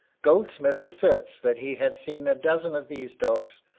goldsmith asserts that he had seen a dozen of these dogs,